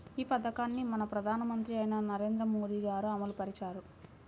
ఈ పథకాన్ని మన ప్రధానమంత్రి అయిన నరేంద్ర మోదీ గారు అమలు పరిచారు